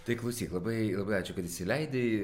tai klausyk labai labai ačiū kad įsileidai